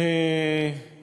איפה השרים?